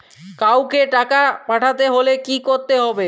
কাওকে টাকা পাঠাতে হলে কি করতে হবে?